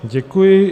Děkuji.